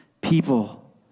people